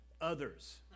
others